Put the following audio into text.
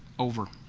over.